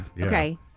Okay